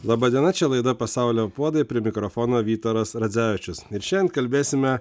laba diena čia laida pasaulio puodai prie mikrofono vytaras radzevičius ir šiandien kalbėsime